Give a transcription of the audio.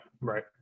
Right